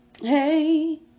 hey